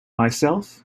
myself